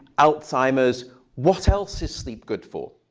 alzheimer's. what else is sleep good for?